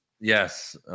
yes